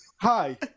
Hi